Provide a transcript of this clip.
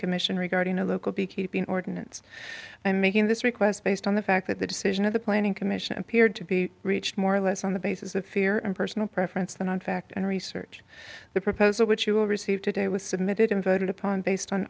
commission regarding a local beekeeping ordinance by making this request based on the fact that the decision of the planning commission appeared to be reached more or less on the basis of fear and personal preference than on fact and research the proposal which you will receive today was submitted and voted upon based on